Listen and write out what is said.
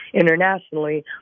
internationally